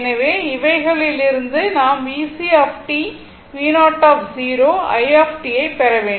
எனவே இவைகளிலிருந்து நாம் VC Vo io ஐப் பெற வேண்டும்